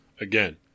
again